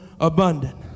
abundant